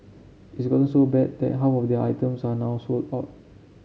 it's gotten so bad that half of their items are now sold out